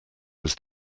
was